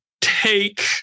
take